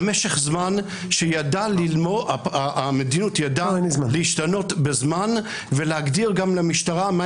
במשך זמן המדיניות ידעה להשתנות בזמן ולהגדיר גם למשטרה מה